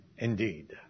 Indeed